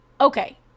Okay